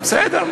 בסדר,